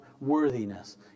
worthiness